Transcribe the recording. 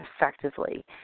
effectively